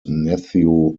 nephew